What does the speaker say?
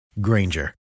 Granger